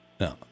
No